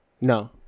No